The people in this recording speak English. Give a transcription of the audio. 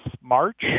March